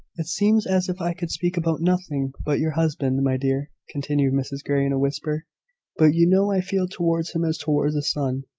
it seems as if i could speak about nothing but your husband, my dear, continued mrs grey, in a whisper but you know i feel towards him as towards a son,